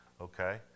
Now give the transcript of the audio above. okay